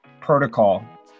protocol